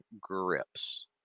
grips